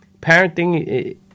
parenting